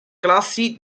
classi